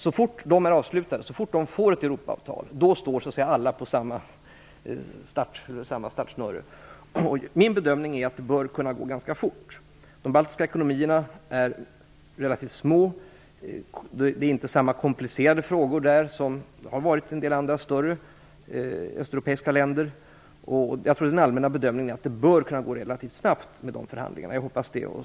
Så fort de är avslutade, så fort Baltikum får ett Europaavtal, står alla vid samma startsnöre. Min bedömning är att det bör kunna gå ganska fort. De baltiska ekonomierna är relativt små. Det är inte samma komplicerade frågor där som det har varit i en del andra större östeuropeiska länder. Jag tror att den allmänna bedömningen är att det bör kunna gå relativt snabbt med de förhandlingarna. Jag hoppas det.